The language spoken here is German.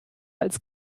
als